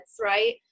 right